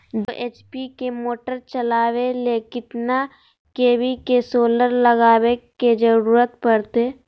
दो एच.पी के मोटर चलावे ले कितना के.वी के सोलर लगावे के जरूरत पड़ते?